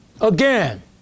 Again